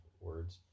words